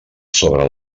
sobre